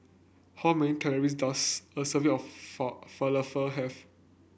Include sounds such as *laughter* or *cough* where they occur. how many calories does a serving of *unintelligible* Falafel have